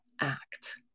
act